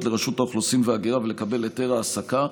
לרשות האוכלוסין וההגירה ולקבל היתר העסקה,